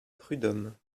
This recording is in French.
prud’homme